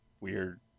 weird